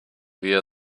wir